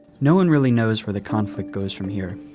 no one really knows where the conflict goes from here.